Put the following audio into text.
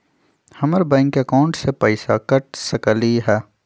हमर bank account से पैसा कट सकलइ ह?